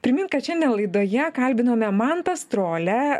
primint kad šiandien laidoje kalbinome mantą strolią